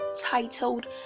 titled